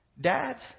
Dads